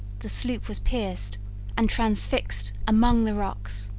the sloop was pierced and transfixed among the rocks!